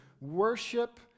worship